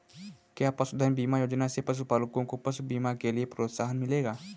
क्या पशुधन बीमा योजना से पशुपालकों को पशु बीमा के लिए प्रोत्साहन मिलेगा?